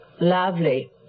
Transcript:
Lovely